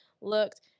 looked